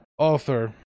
author